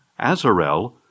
Azarel